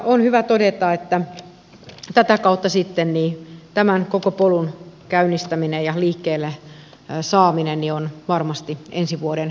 on hyvä todeta että tätä kautta sitten tämän koko polun käynnistäminen ja liikkeelle saaminen on varmasti ensi vuoden